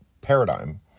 paradigm